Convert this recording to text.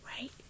right